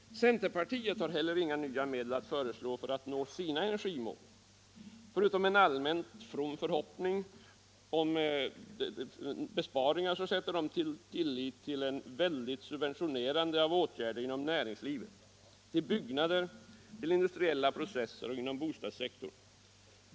Centerpartiet har heller inga nya medel att föreslå för att nå sina energimål. Förutom en allmänt from förhoppning om besparingar sätter centern sin lit till ett väldigt subventionerande av åtgärder inom näringslivet - till byggnader, till industriella processer — och inom bostadssektorn.